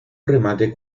remate